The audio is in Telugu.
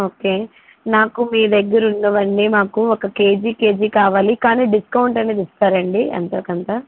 ఓకే నాకు మీ దగ్గర ఉన్నవన్నీ మాకు ఒక కేజీ కేజీ కావాలి కానీ డిస్కౌంట్ అనేది ఇస్తారండి ఎంతో కొంత